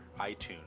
itunes